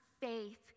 faith